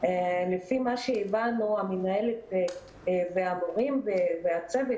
לפי מה שהבנו המנהלת והמורים והצוות,